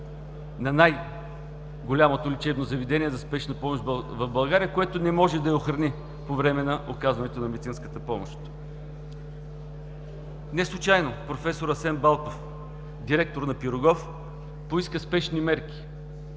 на най-голямото лечебно заведение за спешна помощ в България, което не може да я охранѝ по време на оказването на медицинската помощ. Неслучайно професор Асен Балтов – директор на „Пирогов“, поиска спешни мерки.